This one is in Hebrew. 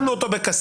שמנו אותו בכספת,